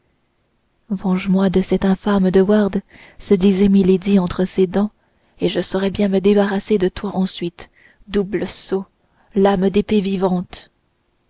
venge moi de cet infâme de wardes murmura milady entre ses dents et je saurai bien me débarrasser de toi ensuite double sot lame d'épée vivante